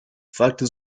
fragte